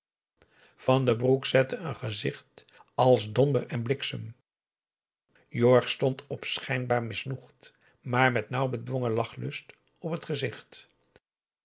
van den broek zette een gezicht als donder en bliksem jorg stond op schijnbaar misnoegd maar met nauw bedwongen lachlust op het gezicht